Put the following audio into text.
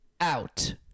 Out